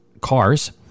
cars